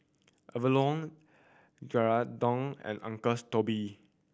Avalon Geraldton and Uncle's Toby